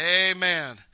amen